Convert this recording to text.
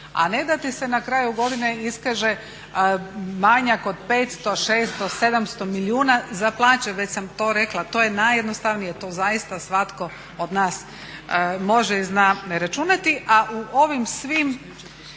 A ne da ti se na kraju godine iskaže manjak od 500, 600, 700 milijuna za plaće, već sam to rekla, to je najjednostavnije, to zaista svatko od nas može i zna računati.